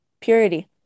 purity